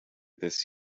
this